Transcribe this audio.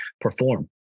perform